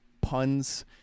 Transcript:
puns